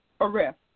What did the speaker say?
arrest